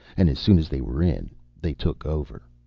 and as soon as they were in they took over.